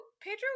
Pedro